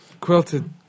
quilted